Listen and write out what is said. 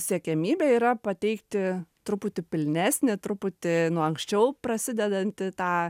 siekiamybė yra pateikti truputį pilnesnį truputį nuo anksčiau prasidedantį tą